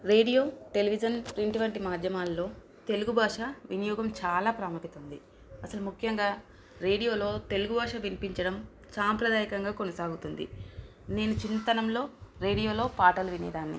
radio television print వంటి మాధ్యమాల్లో తెలుగు భాష వినియోగం చాలా ప్రాముఖ్యత ఉంది అసలు ముఖ్యంగా రేడియోలో తెలుగు భాష వినిపించడం సాంప్రదాయకంగా కొనసాగుతుంది నేను చిన్నతనంలో రేడియోలో పాటలు వినేదాన్ని